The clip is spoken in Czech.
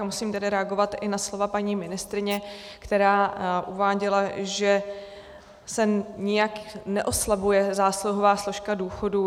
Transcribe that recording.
A musím tedy reagovat i na slova paní ministryně, která uváděla, že se nijak neoslabuje zásluhová složka důchodů.